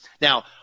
Now